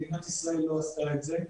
מדינת ישראל לא עשתה את זה.